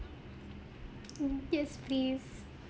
mmhmm yes please